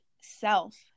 self